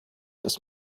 das